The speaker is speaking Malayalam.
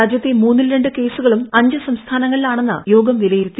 രാജ്യത്തെ മൂന്നിൽ രണ്ട് കേസുകളും അഞ്ച് സംസ്ഥാനങ്ങളിലാണെന്ന് യോഗം വിലയിരുത്തി